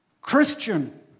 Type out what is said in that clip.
Christian